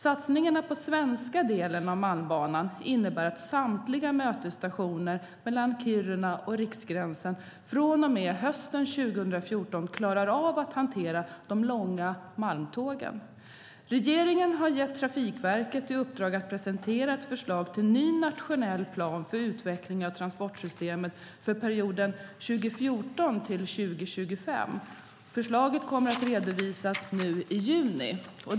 Satsningarna på den svenska delen av Malmbanan innebär att samtliga mötesstationer mellan Kiruna och Riksgränsen från och med hösten 2014 klarar av att hantera de långa malmtågen. Regeringen har gett Trafikverket i uppdrag att presentera ett förslag till ny nationell plan för utveckling av transportsystemet för perioden 2014-2025. Förslaget kommer att redovisas nu i juni.